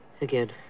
again